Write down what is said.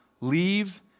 leave